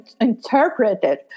interpreted